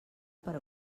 per